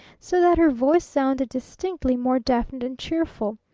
so that her voice sounded distinctly more definite and cheerful.